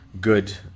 good